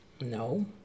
No